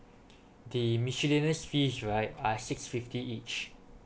the miscellaneous fee right are six fifty each